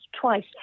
twice